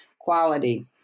quality